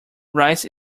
rice